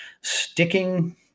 sticking